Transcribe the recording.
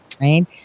right